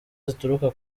zituruka